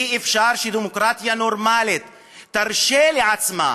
אי-אפשר שדמוקרטיה נורמלית תרשה לעצמה,